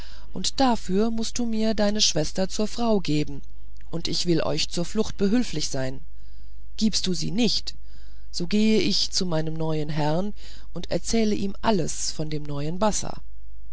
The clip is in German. und dafür mußt du mir deine schwester zur frau geben und ich will euch zur flucht behülflich sein gibst du sie nicht so gehe ich zu meinem neuen herrn und erzähle ihm etwas von dem neuen bassa